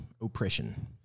oppression